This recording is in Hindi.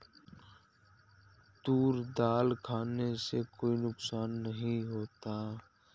तूर दाल खाने से कोई नुकसान नहीं होता